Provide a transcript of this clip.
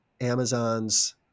Amazon's